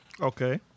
Okay